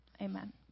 Amen